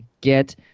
get